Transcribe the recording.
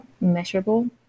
measurable